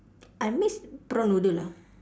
I miss prawn noodle lah